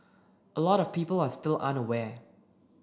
a lot of people are still unaware